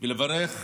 ולברך